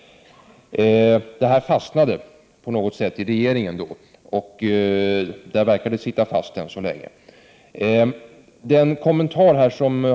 Men detta förslag fastnade i regeringen, och där verkar det än så länge sitta fast.